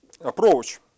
approach